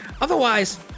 otherwise